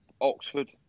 Oxford